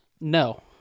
No